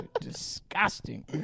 disgusting